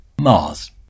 Mars